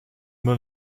müll